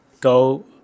Go